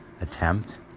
attempt